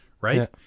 Right